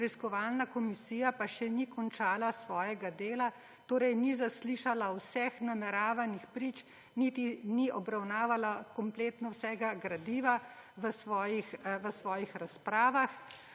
preiskovalna komisija pa še ni končala svojega dela, torej ni zaslišala vseh nameravanih prič niti ni obravnavala kompletno vsega gradiva v svojih razpravah,